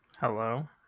Hello